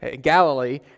Galilee